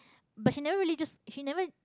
but she never really just she never